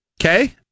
okay